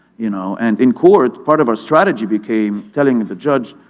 you know and, in court, part of our strategy became telling the judge